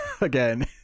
again